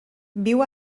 viu